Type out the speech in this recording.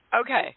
Okay